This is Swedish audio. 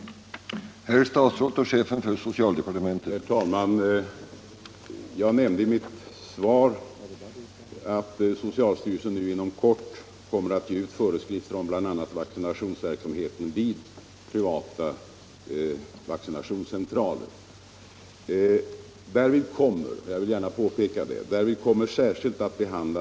Torsdagen den 15 maj 1975